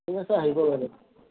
ঠিক আছে আহিব বাইদেউ